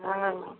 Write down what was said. हँ